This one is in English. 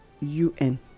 UN